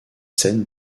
scènes